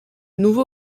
nouveau